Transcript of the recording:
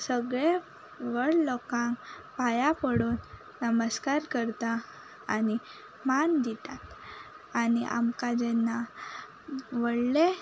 सगळे व्हड लोकांक पांयां पडून नमस्कार करता आनी मान दितात आनी आमकां जेन्ना व्हळ्ळे